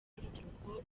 n’urubyiruko